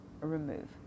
Remove